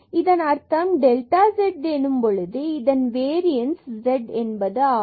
இதன் அர்த்தம் delta z எனும் பொழுது இதன் வேரியன்ஸ் z என்பது ஆகும்